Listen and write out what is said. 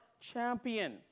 champion